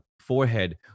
forehead